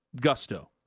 gusto